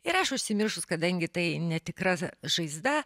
ir aš užsimiršus kadangi tai netikra žaizda